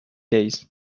days